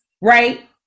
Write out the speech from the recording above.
right